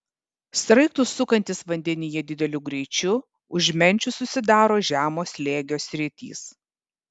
sraigtui sukantis vandenyje dideliu greičiu už menčių susidaro žemo slėgio sritys